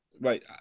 Right